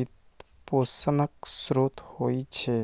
वित्तपोषणक स्रोत होइ छै